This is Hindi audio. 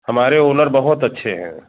हमारे ओनर बहुत अच्छे हैं